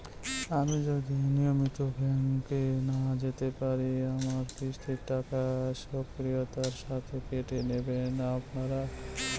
আমি যদি নিয়মিত ব্যংকে না যেতে পারি আমার কিস্তির টাকা স্বকীয়তার সাথে কেটে নেবেন আপনারা?